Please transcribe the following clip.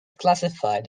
classified